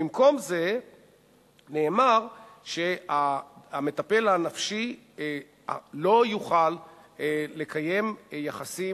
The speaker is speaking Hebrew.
במקום זה נאמר שהמטפל הנפשי לא יוכל לקיים יחסים